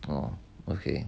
oh okay